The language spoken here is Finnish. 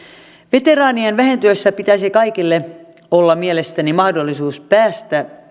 veteraanien vähentyessä pitäisi mielestäni kaikilla olla mahdollisuus päästä